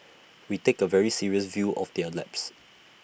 we take A very serious view of the A lapse